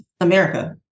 America